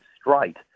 straight